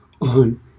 on